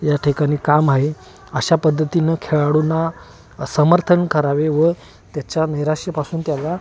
या ठिकाणी काम आहे अशा पद्धतीनं खेळाडूंना समर्थन करावे व त्याच्या नैराश्यापासून त्याला